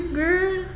girl